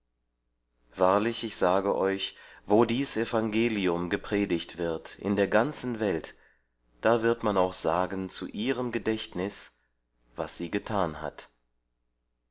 wahrlich ich sage euch wo dies evangelium gepredigt wird in der ganzen welt da wird man auch sagen zu ihrem gedächtnis was sie getan hat